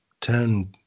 Ten